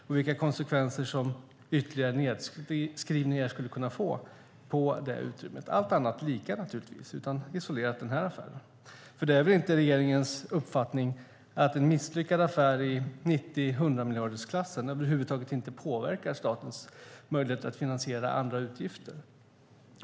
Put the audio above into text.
Och vilka konsekvenser skulle ytterligare nedskrivningar kunna få på detta utrymme - allt annat lika? Det gäller alltså isolerat denna affär. Det är väl inte regeringens uppfattning att en misslyckad affär i 90-100-miljardersklassen över huvud taget inte påverkar statens möjlighet att finansiera andra utgifter?